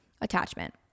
attachment